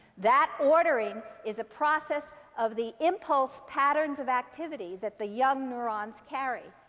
that ordering is a process of the impulsed patterns of activity that the young neurons carry.